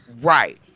right